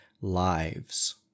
lives